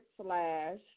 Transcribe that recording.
slash